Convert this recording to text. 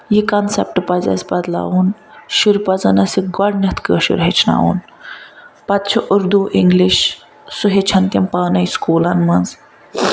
یہِ کنسیٚپٹ پَزِ اَسہِ بَدلاوُن شُرۍ پَزَن اَسہِ گۄڈنیٚتھ کٲشُر ہیٚچھناوُن پَتہٕ چھُ اردو اِنٛگلِش سُہ ہیٚچھن تم پانے سُکولَن مَنٛز